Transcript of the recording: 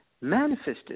manifested